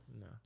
No